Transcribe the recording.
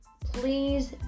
please